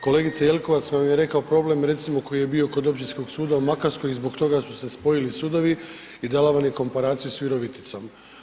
Kolegica Jelkovac vam je rekla problem recimo koji je bio kod Općinskog suda u Makarskoj i zbog toga su se spojili sudovi i dala vam je komparaciju s Viroviticom.